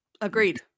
Agreed